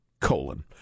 colon